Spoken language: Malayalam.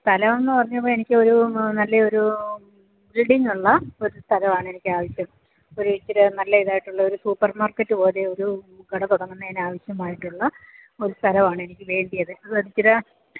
സ്ഥലവെന്ന് പറഞ്ഞപ്പം എനിക്കൊരു നല്ല ഒരു ബിൽഡിങ്ങുള്ള ഒരുസ്ഥലവാണെനിക്കാവശ്യം ഒരിച്ചിരെ നല്ല ഇതായിട്ടുള്ളൊരു സൂപ്പർ മാർക്കറ്റ് പോലെയൊരു കട തുടങ്ങുന്നതിന് ആവശ്യമായിട്ടുള്ള ഒരു സ്ഥലവാണെനിക്ക് വേണ്ടിയത് ഒരിച്ചിരെ